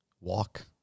walk